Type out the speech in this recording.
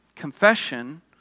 Confession